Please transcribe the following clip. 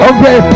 Okay